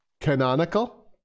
Canonical